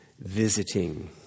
visiting